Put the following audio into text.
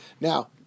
Now